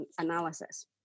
analysis